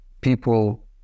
people